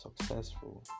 successful